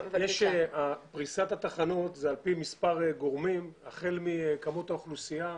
פריסת התחנות היא על פי מספר גורמים החל מכמות האוכלוסייה,